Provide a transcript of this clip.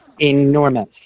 enormous